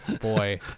Boy